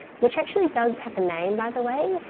which actually does have a name by the way,